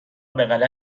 بهغلط